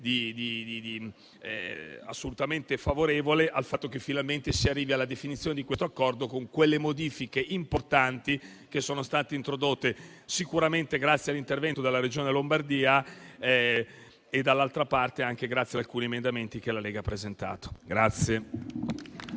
assolutamente favorevole al fatto che finalmente si arrivi alla definizione di questo Accordo, con le modifiche importanti che sono state introdotte sicuramente grazie all'intervento della Regione Lombardia e anche grazie a proposte emendative presentate dal